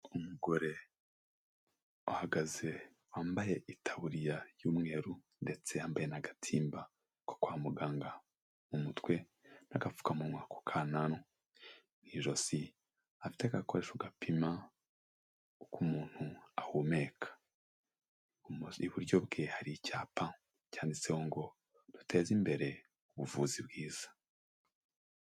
Umugore uhagaze wambaye itaburiya y'umweru ndetse yambaye n'agatimba ko kwa muganga umutwe n'agapfukamunwa ku kananwa, mu ijosi afite agakoresho gapima uko umuntu ahumeka, iburyo bwe hari icyapa cyanditseho ngo duteze imbere ubuvuzi bwiza.